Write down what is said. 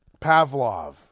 Pavlov